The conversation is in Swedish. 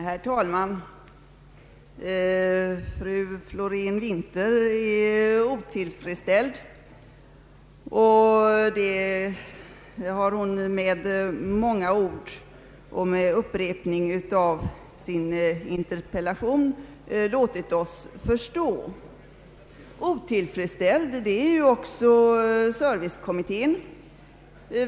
Herr talman! Fru Florén-Winther är otillfredsställd, och det har hon med många ord och med upprepning av sin interpellation låtit oss förstå. Otillfredsställd är också servicekommittén.